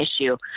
issue